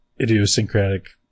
idiosyncratic